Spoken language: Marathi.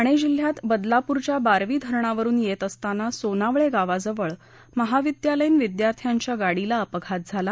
ठाणे जिल्ह्यात बदलापुरच्या बारवी धरणावरुन येत असतांना सोनावळे गावाजवळ महाविद्यालयीन विद्यार्थ्यांच्या कारला अपघात झाला